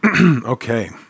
Okay